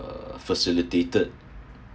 uh facilitated